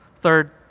Third